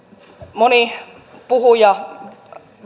moni puhuja